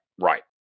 right